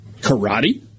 Karate